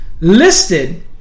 listed